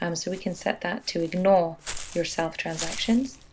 um so we can set that to ignore your self transactions.